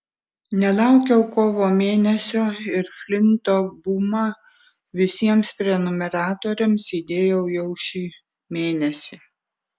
nelaukiau kovo mėnesio ir flinto bumą visiems prenumeratoriams įdėjau jau šį mėnesį